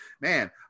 man